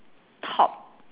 top